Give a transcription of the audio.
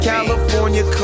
California